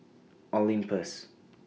Olympus